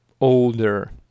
older